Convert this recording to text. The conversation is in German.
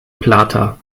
plata